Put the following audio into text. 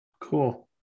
cool